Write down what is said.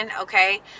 okay